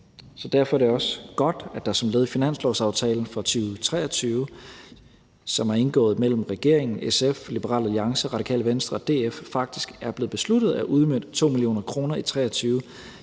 så derfor er det også godt, at det som led i finanslovsaftalen for 2023, som er indgået mellem regeringen, SF, Liberal Alliance, Radikale Venstre og DF, faktisk er blevet besluttet at udmønte 2 mio. kr. i 2023